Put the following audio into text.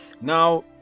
now